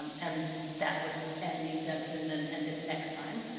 and that would end the exemption and end it next time,